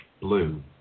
blue